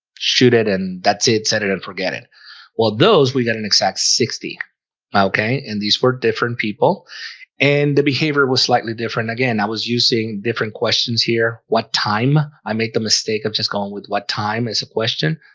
shoot it and that's it set it and forget it well those we got an exact sixty okay in these four different people and the behavior was slightly different again i was using different questions here what time i make the mistake of just going with what time is a question?